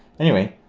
anyway,